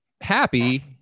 happy